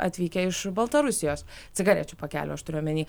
atvykę iš baltarusijos cigarečių pakelių aš turiu omeny